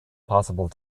possible